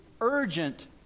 urgent